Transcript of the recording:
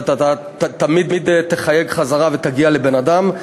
זאת אומרת, אתה תמיד תחייג חזרה ותגיע לבן-אדם,